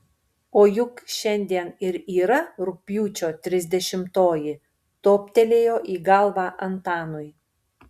o juk šiandien ir yra rugpjūčio trisdešimtoji toptelėjo į galvą antanui